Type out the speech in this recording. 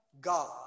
God